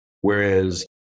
whereas